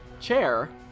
chair